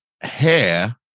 hair